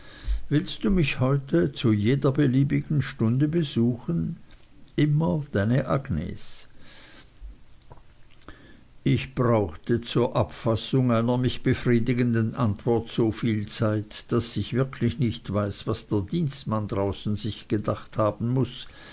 willst du mich heute zu jeder beliebigen stunde besuchen immer deine agnes ich brauchte zur abfassung einer mich befriedigenden antwort so viel zeit daß ich wirklich nicht weiß was der dienstmann draußen sich gedacht haben muß